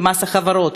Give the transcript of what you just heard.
ומס החברות,